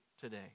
today